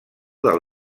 del